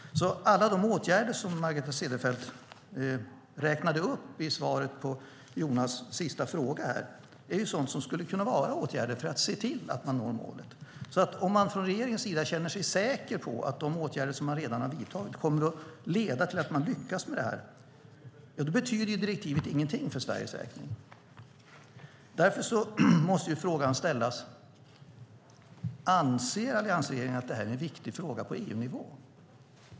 Alla de åtgärder som Margareta Cederfelt räknade upp i svaret på Jonas sista fråga är sådant som skulle kunna vara åtgärder för att "se till" att man når målet. Om man från regeringens sida känner sig säker på att de åtgärder som man redan har vidtagit kommer att leda till att man lyckas med det här betyder ju direktivet ingenting för Sveriges räkning. Därför måste frågan ställas: Anser alliansregeringen att det här är en viktig fråga på EU-nivå?